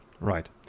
right